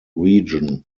region